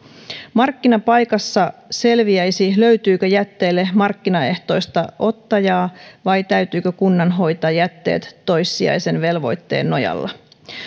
markkinapaikassa selviäisi löytyykö jätteille markkinaehtoista ottajaa vai täytyykö kunnan hoitaa jätteet toissijaisen velvoitteen nojalla